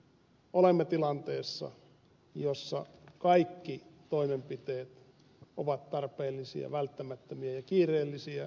olemme tilanteessa jossa kaikki toimenpiteet ovat tarpeellisia välttämättömiä ja kiireellisiä